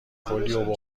کلی